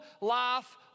life